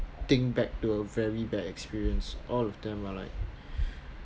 think back to a very bad experience all of them are like